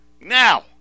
now